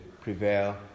prevail